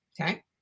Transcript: Okay